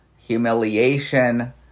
humiliation